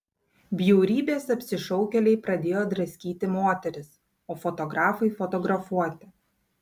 bjaurybės apsišaukėliai pradėjo draskyti moteris o fotografai fotografuoti